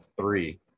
three